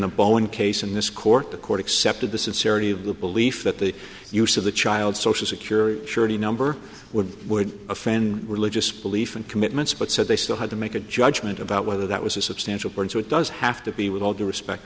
bowen case in this court the court accepted the sincerity of the belief that the use of the child's social security surety number would would offend religious belief and commitments but said they still had to make a judgment about whether that was a substantial burden so it does have to be with all due respect